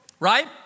Right